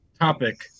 topic